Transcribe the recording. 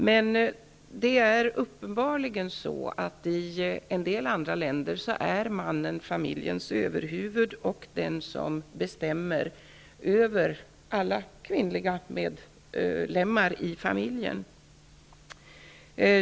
Men i en del andra länder är det uppenbarligen så, att mannen är familjens överhuvud och den som bestämmer över alla kvinnliga medlemmar i familjen.